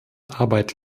arbeit